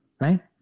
right